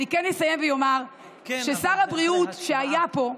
אני אסיים ואומר ששר הבריאות שהיה פה,